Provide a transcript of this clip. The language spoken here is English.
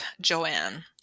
Joanne